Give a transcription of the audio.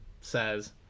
says